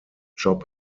job